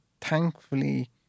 thankfully